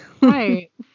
Right